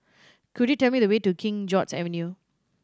could you tell me the way to King George's Avenue